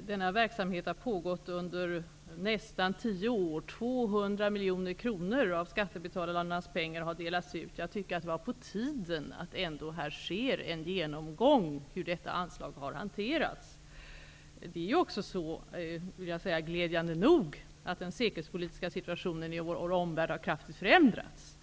Denna verksamhet har pågått i nästan tio år. 200 miljoner kronor av skattebetalarnas pengar har delats ut. Jag tycker att det var på tiden att det sker en genomgång av hur anslagen har hanterats. Glädjande nog har den säkerhetspolitiska situationen i vår omvärld kraftigt förändrats.